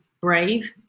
brave